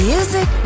Music